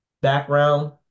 background